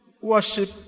worship